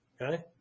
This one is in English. Okay